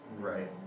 Right